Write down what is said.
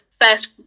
first